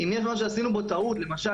אם יש משהו שעשינו בו טעות - למשל,